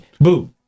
Boo